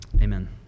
Amen